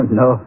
no